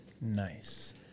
Nice